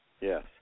Yes